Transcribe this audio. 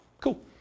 Cool